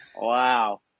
Wow